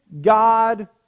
God